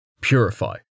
Purify